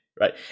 Right